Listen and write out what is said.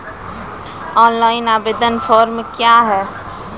Online आवेदन form क्या हैं?